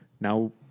Now